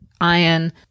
iron